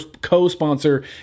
co-sponsor